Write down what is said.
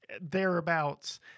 thereabouts